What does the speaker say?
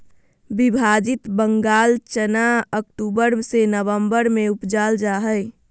विभाजित बंगाल चना अक्टूबर से ननम्बर में उपजाल जा हइ